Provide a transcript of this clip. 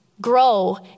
grow